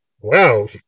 wow